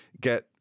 get